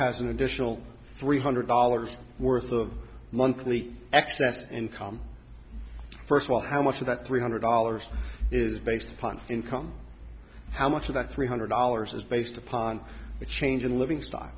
has an additional three hundred dollars worth of monthly excess income first of all how much of that three hundred dollars is based upon income how much of that three hundred dollars is based upon a change in living style